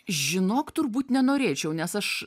žinok turbūt nenorėčiau nes aš